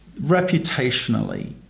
Reputationally